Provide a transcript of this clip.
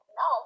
no